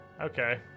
Okay